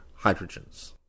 hydrogens